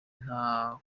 nta